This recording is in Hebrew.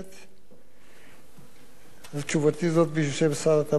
ותשובתי זאת בשם שר התמ"ת בנושא: פגיעה בהתארגנות